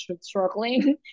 struggling